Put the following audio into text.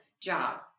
job